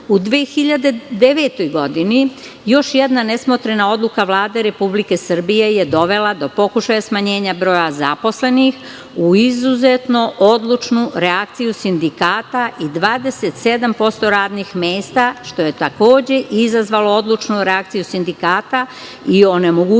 2009. je još jedna nesmotrena odluka Vlade Republike Srbije dovela do pokušaja smanjenja broja zaposlenih u izuzetno odlučnu reakciju sindikata i 27% radnih mesta, što je takođe izazvalo odlučnu reakciju sindikata i onemogućilo